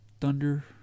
Thunder